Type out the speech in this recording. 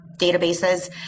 databases